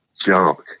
junk